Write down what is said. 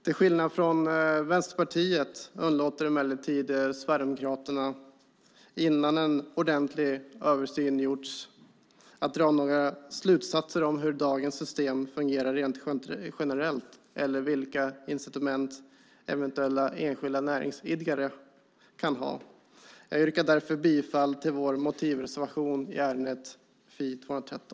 Till skillnad från Vänsterpartiet underlåter emellertid Sverigedemokraterna, innan en ordentlig översyn gjorts, att dra några slutsatser om hur dagens system fungerar rent generellt eller vilka incitament eventuella enskilda näringsidkare kan ha. Jag yrkar därför bifall till vår motivreservation i ärendet FiU30.